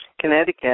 Connecticut